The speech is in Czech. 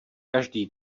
každý